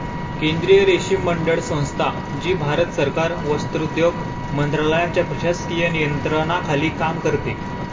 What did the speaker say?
केंद्रीय रेशीम मंडळ संस्था, जी भारत सरकार वस्त्रोद्योग मंत्रालयाच्या प्रशासकीय नियंत्रणाखाली काम करते